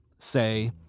say